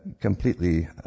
Completely